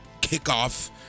kickoff